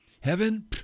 Heaven